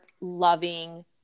loving